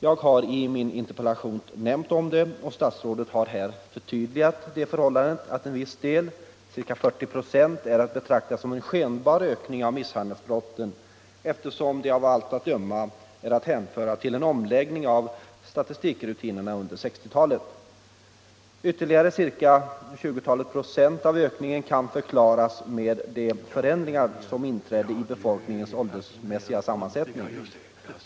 Jag har i min interpellation — våldsbrott nämnt om det, och statsrådet har här förtydligat det förhållandet, att en viss del — ca 40 96 — är att betrakta som en skenbar ökning av miss handelsbrotten, eftersom den av allt att döma är att hänföra till en om procent av ökningen kan förklaras med de förändringar som inträdde i befolkningens åldersmässiga sammansättning.